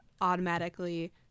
automatically